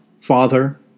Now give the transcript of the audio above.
Father